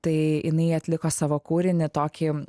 tai jinai atliko savo kūrinį tokį